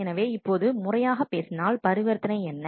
எனவே இப்போது முறையாகப் பேசினால் பரிவர்த்தனை என்ன